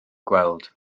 gweld